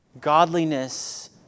godliness